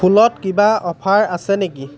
ফুলত কিবা অফাৰ আছে নেকি